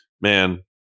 man